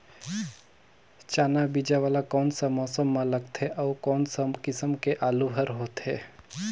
चाना बीजा वाला कोन सा मौसम म लगथे अउ कोन सा किसम के आलू हर होथे?